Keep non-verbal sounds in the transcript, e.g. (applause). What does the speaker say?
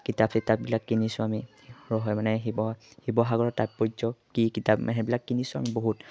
কিতাপ চিতাপবিলাক কিনিছোঁ আমি (unintelligible) মানে শিৱ শিৱসাগৰত তাৎপৰ্য কি কিতাপ মানে সেইবিলাক কিনিছোঁ আমি বহুত